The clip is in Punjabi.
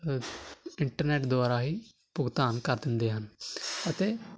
ਇੰਟਰਨੈਟ ਦੁਆਰਾ ਹੀ ਭੁਗਤਾਨ ਕਰ ਦਿੰਦੇ ਹਨ ਅਤੇ